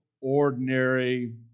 ordinary